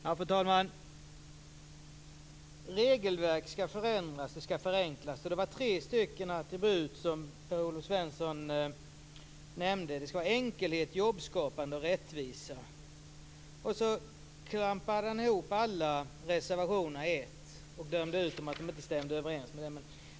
Fru talman! Regelverket skall förändras och förenklas, och Per-Olof Svensson nämnde tre villkor: enkelhet, jobbskapande och rättvisa. Han klumpade ihop alla reservationer och dömde ut dem därför att de inte stämde överens.